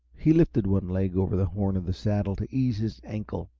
he lifted one leg over the horn of the saddle to ease his ankle,